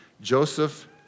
Joseph